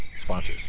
sponsors